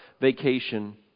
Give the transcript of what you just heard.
vacation